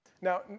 Now